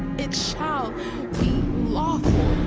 it shall be lawful